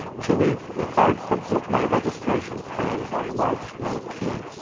jalyce, if i submit my registration claim on march nineteen,